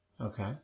Okay